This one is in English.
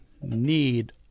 need